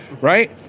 right